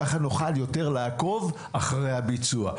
ככה נוכל יותר לעקוב אחרי הביצוע.